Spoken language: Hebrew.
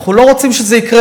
אנחנו לא רוצים שזה יקרה.